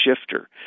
shifter